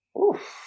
Oof